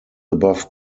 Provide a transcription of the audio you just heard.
above